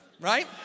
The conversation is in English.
right